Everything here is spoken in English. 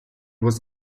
was